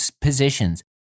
positions